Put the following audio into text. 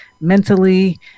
mentally